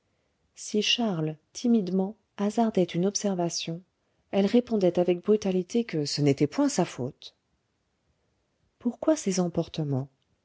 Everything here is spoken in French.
si charles timidement hasardait une observation elle répondait avec brutalité que ce n'était point sa faute pourquoi ces emportements